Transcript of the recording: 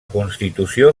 constitució